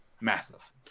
massive